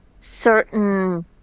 certain